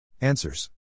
Answers